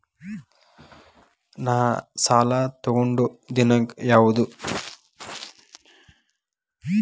ನಾ ಸಾಲ ತಗೊಂಡು ದಿನಾಂಕ ಯಾವುದು?